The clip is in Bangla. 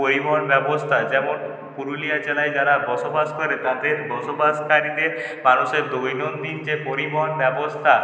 পরিবহন ব্যবস্থা যেমন পুরুলিয়া জেলায় যারা বসবাস করে তাদের বসবাসকারীদের মানুষের দৈনন্দিন যে পরিবহন ব্যবস্থা